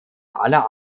aller